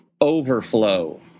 overflow